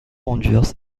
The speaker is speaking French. rangers